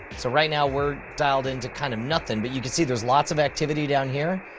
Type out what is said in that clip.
so right now we're dialed into kind of nothing, but you can see there's lots of activity down here.